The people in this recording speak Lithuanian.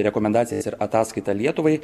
rekomendacijas ir ataskaitą lietuvai